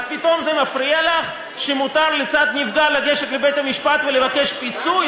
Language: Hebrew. אז פתאום זה מפריע לך שמותר לצד נפגע לגשת לבית-המשפט ולבקש פיצוי?